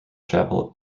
chapel